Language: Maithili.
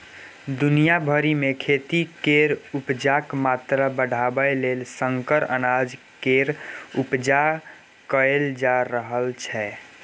दुनिया भरि मे खेती केर उपजाक मात्रा बढ़ाबय लेल संकर अनाज केर उपजा कएल जा रहल छै